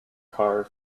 car